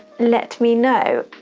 let me know.